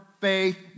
faith